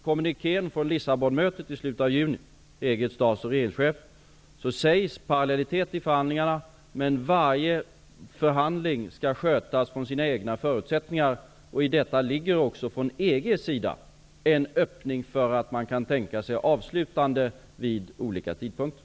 kommunikén från Lissabonmötet i slutet av juni med EG:s stats och regeringschefer sägs att parallellitet i förhandlingarna gäller, men varje förhandling skall skötas från dess egna förutsättningar. I detta ligger också från EG:s sida en öppning för att man kan tänka sig avslutande vid olika tidpunkter.